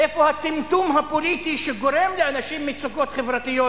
איפה הטמטום הפוליטי שגורם מצוקות חברתיות